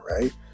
right